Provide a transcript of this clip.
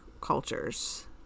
cultures